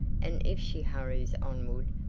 and if she hurries onward,